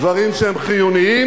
דברים שהם חיוניים,